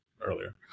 earlier